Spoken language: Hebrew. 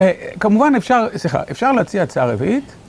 כמובן אפשר, סליחה, אפשר להציע הצעה רביעית.